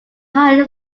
higher